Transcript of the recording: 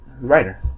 writer